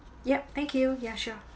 yup thank you ya sure